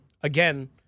again